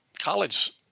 college